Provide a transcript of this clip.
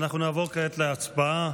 אנחנו נעבור כעת להצבעה.